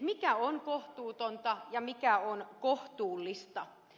mikä on kohtuutonta ja mikä on kohtuullista